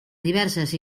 diverses